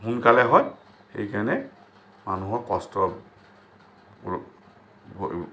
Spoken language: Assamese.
সোনকালে হয় সেইকাৰণে মানুহৰ কষ্ট